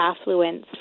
affluence